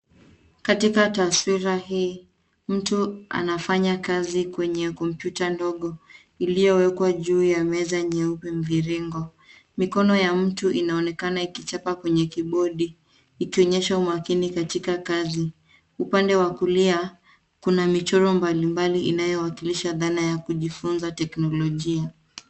Katika taswira hii mtu anafanya kazi kwenye kompyuta ndogo iliyowekwa juu ya meza mweupe mviringo. Mikono ya mtu inaonekana ikichapa kwenye kibodi ikionyesha umakini katika kazi. Upande wa kulia kuna michoro mbalimbali inayowakilisha dhana ya kujifunza kiteknolojia.